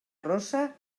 rossa